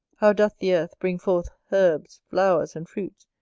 how doth the earth bring forth herbs, flowers, and fruits,